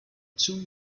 two